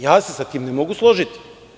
Ja se sa time ne mogu složiti.